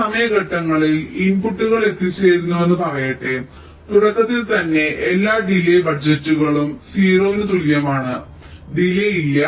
ഈ സമയ ഘട്ടങ്ങളിൽ ഇൻപുട്ടുകൾ എത്തിച്ചേരുന്നുവെന്ന് പറയട്ടെ തുടക്കത്തിൽ തന്നെ എല്ലാ ഡിലേയ് ബജറ്റുകളും 0 ന് തുല്യമാണ് ഡിലേയ് ഇല്ല